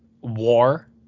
war